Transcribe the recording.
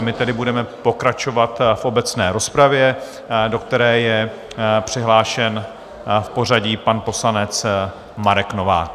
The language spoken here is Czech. My tedy budeme pokračovat v obecné rozpravě, do které je přihlášen v pořadí pan poslanec Marek Novák.